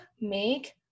make